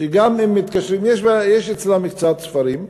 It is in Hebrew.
כך שגם אם מתקשרים, יש אצלם קצת ספרים,